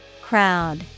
Crowd